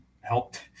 helped